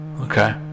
Okay